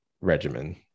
regimen